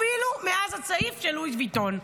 אפילו מאז הצעיף של לואי ויטון.